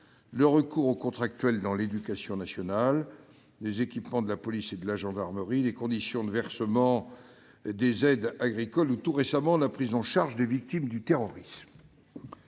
le recours aux contractuels dans l'éducation nationale, les équipements de la police et de la gendarmerie, les conditions de versement des aides agricoles ou, tout récemment, la prise en charge des victimes du terrorisme.